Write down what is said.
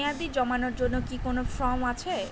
মেয়াদী জমানোর জন্য কি কোন ফর্ম আছে?